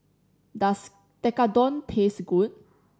does Tekkadon taste good